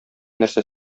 нәрсә